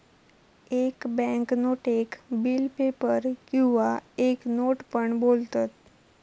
एक बॅन्क नोटेक bill paper किंवा एक नोट पण बोलतत